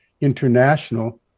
international